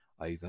over